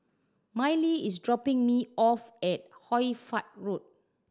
Mylee is dropping me off at Hoy Fatt Road